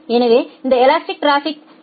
எனவே இந்த elastic traffic D